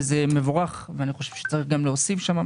זה מבורך ואני חושב שצריך גם להוסיף שם.